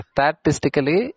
Statistically